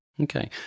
Okay